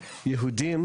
יהודים,